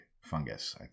fungus